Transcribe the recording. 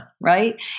Right